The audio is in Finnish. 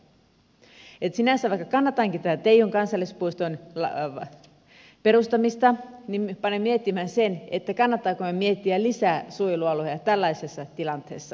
joten vaikka sinänsä kannatankin tätä teijon kansallispuiston perustamista niin panen miettimään sitä kannattaako meidän miettiä lisää suojelualueita tällaisessa tilanteessa